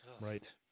Right